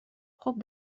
خوب